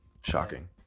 Shocking